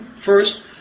first